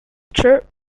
chirp